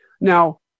Now